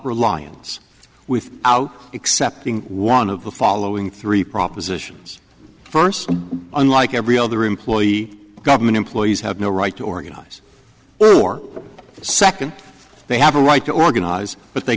reliance with out accepting one of the following three propositions first unlike every other employee government employees have no right to organize for second they have a right to organize but they